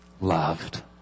loved